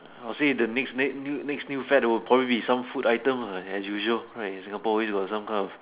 oh say the next ne~ new next new fad will probably be some food item ah as usual right in Singapore always got some kind of